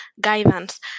guidance